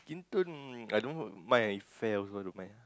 skin tone I don't know mind if fair also I don't mind ah